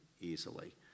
easily